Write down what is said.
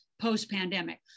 post-pandemic